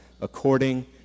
according